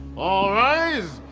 all rise!